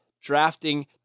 drafting